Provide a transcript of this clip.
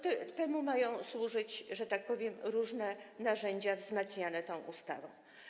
Temu mają służyć, że tak powiem, różne narzędzia wzmacniane tą ustawą.